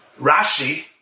Rashi